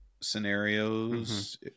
scenarios